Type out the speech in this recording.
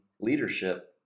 leadership